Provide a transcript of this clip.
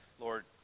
Lord